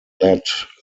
led